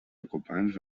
ocupants